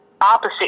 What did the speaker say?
opposite